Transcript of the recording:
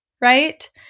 right